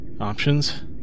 Options